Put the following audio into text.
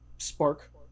spark